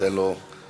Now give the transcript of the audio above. ניתן לו לפתוח.